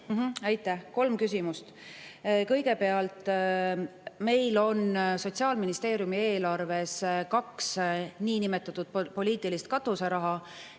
Aitäh! Kolm küsimust. Kõigepealt, meil on Sotsiaalministeeriumi eelarves kaks niinimetatud poliitilist katuseraha